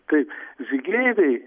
taip žygeiviai